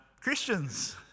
Christians